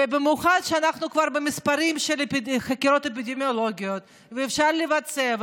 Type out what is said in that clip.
ובמיוחד שאנחנו כבר במספרים של חקירות אפידמיולוגיות ואפשר לבצע,